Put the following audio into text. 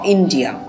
India